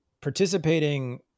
participating